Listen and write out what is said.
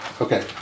okay